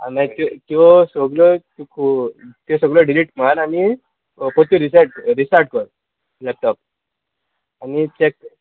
आनी मागी त्यो त्यो सगळ्यो खूब त्यो सगळ्यो डिलीट मार आनी पत्त्यो रिसॅट रिस्टाट कोर लॅपटॉप आनी चॅक कर